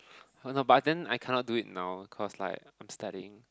I don't know but then I cannot do it now cause like I'm studying